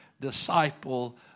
disciple